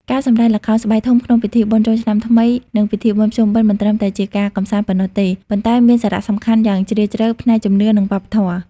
ការសម្តែងល្ខោនស្បែកធំក្នុងពិធីបុណ្យចូលឆ្នាំថ្មី និងពិធីបុណ្យភ្ជុំបិណ្ឌ មិនត្រឹមតែជាការកម្សាន្តប៉ុណ្ណោះទេ ប៉ុន្តែមានសារៈសំខាន់យ៉ាងជ្រាលជ្រៅផ្នែកជំនឿ និងវប្បធម៌។